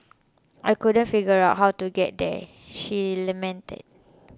I couldn't figure out how to get there she lamented